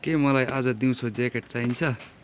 के मलाई आज दिउँसो ज्याकेट चाहिन्छ